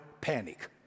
panic